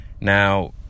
Now